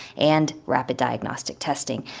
and rapid diagnostic testing.